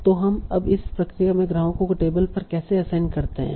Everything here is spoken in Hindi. तो अब हम इस प्रक्रिया में ग्राहकों को टेबल पर कैसे असाइन करते हैं